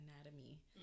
anatomy